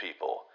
people